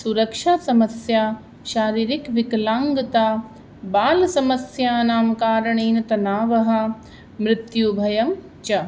सुरक्षासमस्या शारिरिकविकलाङ्गता बालसमस्यानां कारणेन तनावः मृत्युभयं च